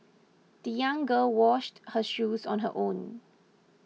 the young girl washed her shoes on her own